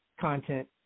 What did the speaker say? content